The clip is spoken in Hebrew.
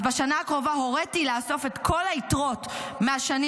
בשנה הקרובה הוריתי לאסוף את כל היתרות מהשנים